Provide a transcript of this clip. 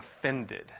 offended